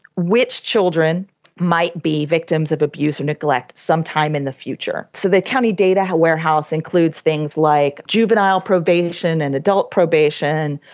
which children might be victims of abuse or neglect some time in the future. so the county data warehouse includes things like juvenile probation and adult probation,